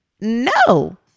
No